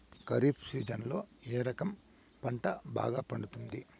ఖరీఫ్ సీజన్లలో ఏ రకం పంట బాగా పండుతుంది